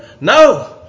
No